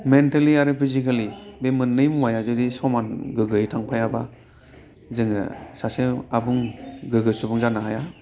mentally आरो physically बे मोननै मुवाया जुदि समान गोग्गोयै थांफायाबा जोङो सासे आबुं गोग्गो सुबुं जानो हाया